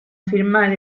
firmar